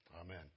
Amen